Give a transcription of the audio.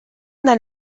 then